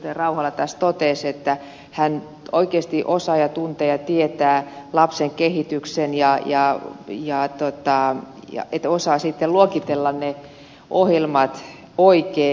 rauhala tässä totesi että hän oikeasti osaa ja tuntee ja tietää lapsen kehityksen niin että osaa sitten luokitella ne ohjelmat oikein